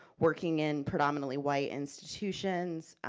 working in predominantly, white institutions,